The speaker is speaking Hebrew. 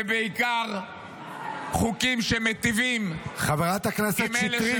ובעיקר חוקים שמיטיבים -- חברת הכנסת שטרית, די.